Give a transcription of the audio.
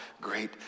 great